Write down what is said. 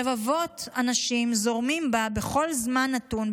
רבבות אנשים זורמים בה בכל זמן נתון,